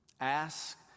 Ask